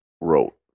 wrote